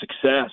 success